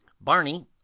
Barney